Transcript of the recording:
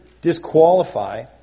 disqualify